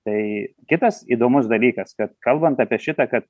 tai kitas įdomus dalykas kad kalbant apie šitą kad